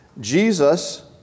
Jesus